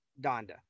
Donda